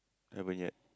haven't yet